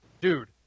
dude